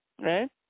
Right